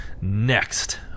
Next